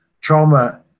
Trauma